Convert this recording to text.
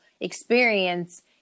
experience